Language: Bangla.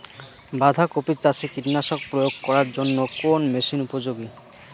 বাঁধা কপি চাষে কীটনাশক প্রয়োগ করার জন্য কোন মেশিন উপযোগী?